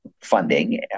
funding